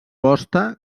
hoste